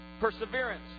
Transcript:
perseverance